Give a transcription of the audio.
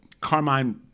Carmine